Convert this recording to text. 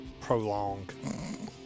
prolong